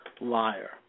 liar